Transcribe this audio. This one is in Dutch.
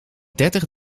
dertig